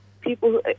people